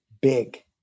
big